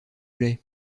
plaît